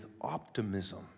optimism